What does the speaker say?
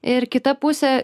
ir kita pusė